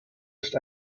ist